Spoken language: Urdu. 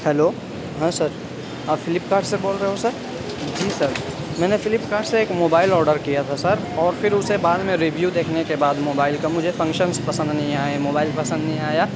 ہیلو ہاں سر آپ فلپکارٹ سے بول رہے ہو سر جی سر میں نے فلپکارٹ سے ایک موبائل آڈر کیا تھا سر اور پھر اسے بعد میں ریویو دیکھنے کے بعد موبائل کا مجھے فنکشنز پسند نہیں آئے موبائل پسند نہیں آیا